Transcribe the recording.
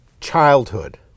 childhood